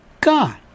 God